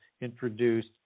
introduced